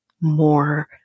more